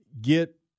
get